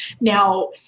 Now